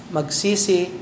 Magsisi